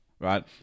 right